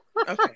okay